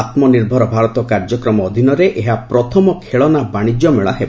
ଆତ୍ମନିର୍ଭର ଭାରତ କାର୍ଯ୍ୟକ୍ରମ ଅଧୀନରେ ଏହା ପ୍ରଥମ ଖେଳନା ବାଶିଜ୍ୟମେଳା ହେବ